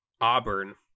Auburn